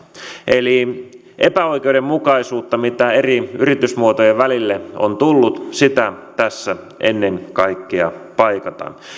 eli epäoikeudenmukaisuutta mitä eri yritysmuotojen välille on tullut tässä ennen kaikkea paikataan